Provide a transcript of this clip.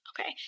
Okay